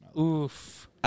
Oof